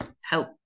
help